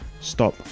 stop